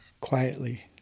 quietly